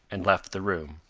and left the room.